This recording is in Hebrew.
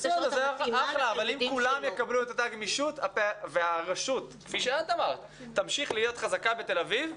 אם כולם יקבלו את אותה גמישות והרשות תמשיך להיות חזקה בתל אביב,